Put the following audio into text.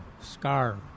scar